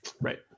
Right